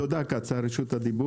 תודה, כץ, על רשות הדיבור.